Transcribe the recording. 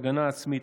הגנה עצמית.